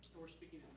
we're speaking